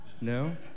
No